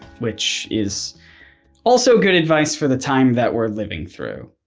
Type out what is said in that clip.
which is also a good advice for the time that we're living through.